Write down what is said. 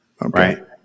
Right